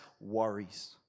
worries